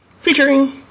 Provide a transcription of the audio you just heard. featuring